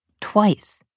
twice